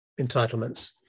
entitlements